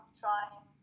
trying